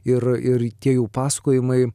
ir ir tie jų pasakojimai